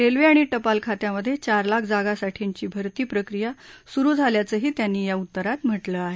railway आणि टपाल खात्यांमधे चार लाख जागांसाठीची भरती प्रक्रिया सुरु झाल्याचंही त्यांनी या उत्तरात म्हटलं आहे